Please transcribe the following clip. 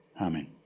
Amen